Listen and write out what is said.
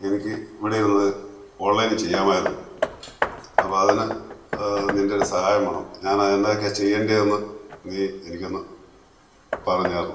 എനിക്ക് ഇവിടെ ഇരുന്ന ഓൺലൈനിൽ ചെയ്യാമായിരുന്നു അപ്പോൾ അതിന് നിൻ്റെ ഒരു സഹായം വേണം ഞാൻ അത് എന്തൊക്കെയാണ് ചെയ്യേണ്ടതെന്ന് നീ എനിക്കൊന്നു പറഞ്ഞു തരണം